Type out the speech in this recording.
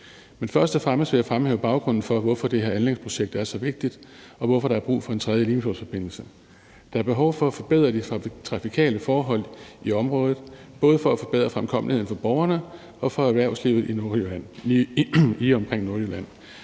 Men først og fremmest vil jeg fremhæve baggrunden for, hvorfor det her anlægsprojekt er så vigtigt, og hvorfor der er brug for en tredje Limfjordsforbindelse. Der er behov for at forbedre de trafikale forhold i området, både for at forbedre fremkommeligheden for borgerne og for erhvervslivet i og omkring Nordjylland.